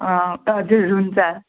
हजुर हुन्छ